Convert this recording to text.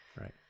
right